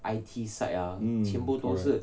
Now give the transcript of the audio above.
hmm correct